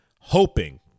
hoping